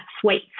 sweet